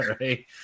Right